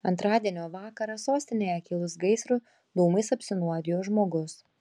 antradienio vakarą sostinėje kilus gaisrui dūmais apsinuodijo žmogus